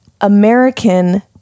American